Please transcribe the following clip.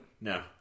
No